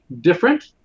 different